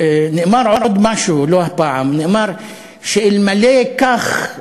נאמר עוד משהו, לא הפעם, נאמר: שאלמלא כך,